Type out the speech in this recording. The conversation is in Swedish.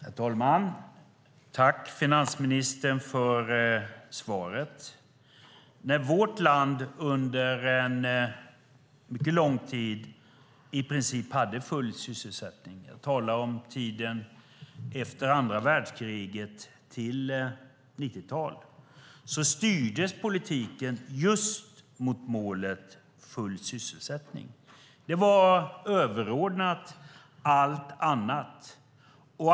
Herr talman! Jag tackar finansministern för svaret. När vårt land under en mycket lång tid i princip hade full sysselsättning - jag talar om tiden efter andra världskriget till 90-talet - styrdes politiken just mot målet full sysselsättning. Det var överordnat allt annat.